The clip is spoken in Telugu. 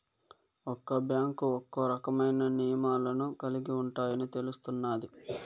ఒక్క బ్యాంకు ఒక్కో రకమైన నియమాలను కలిగి ఉంటాయని తెలుస్తున్నాది